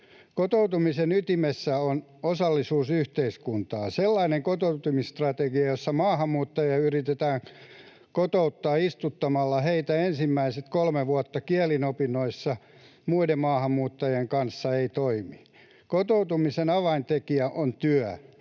Kotoutumisen ytimessä on osallisuus yhteiskuntaan. Sellainen kotoutumisstrategia, jossa maahanmuuttajia yritetään kotouttaa istuttamalla heitä ensimmäiset kolme vuotta kieliopinnoissa muiden maahanmuuttajien kanssa, ei toimi. Kotoutumisen avaintekijä on työ.